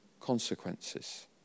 consequences